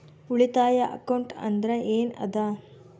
ಉಳಿತಾಯ ಅಕೌಂಟ್ ಅಂದ್ರೆ ಏನ್ ಅದ?